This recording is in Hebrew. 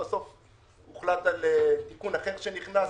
בסוף הוחלט על תיקון אחר שנכנס,